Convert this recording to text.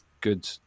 good